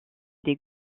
des